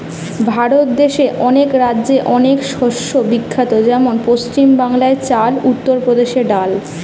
ভারত দেশে অনেক রাজ্যে অনেক শস্য বিখ্যাত যেমন পশ্চিম বাংলায় চাল, উত্তর প্রদেশে ডাল